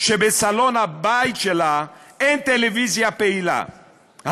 שבסלון הבית שלה אין טלוויזיה פעילה,